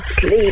sleep